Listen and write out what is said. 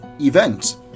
events